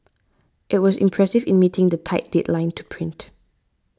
it was impressive in meeting the tight deadline to print